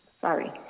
sorry